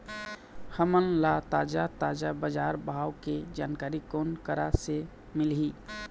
हमन ला ताजा ताजा बजार भाव के जानकारी कोन करा से मिलही?